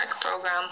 Program